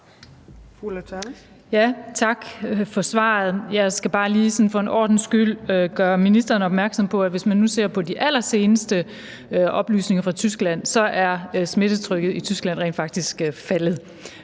Tak for svaret. Jeg skal bare lige for en ordens skyld gøre ministeren opmærksom på, at hvis man ser på de allerseneste oplysninger fra Tyskland, er smittetrykket i Tyskland rent faktisk faldet.